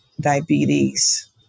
diabetes